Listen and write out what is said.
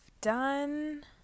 done